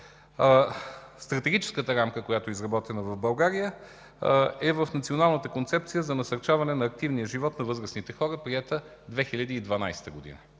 Стратегическата рамка, която е изработена в България, е в Националната концепция за насърчаване на активния живот на възрастните хора, приета през 2012 г.